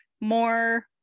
more